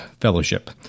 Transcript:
fellowship